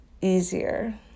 easier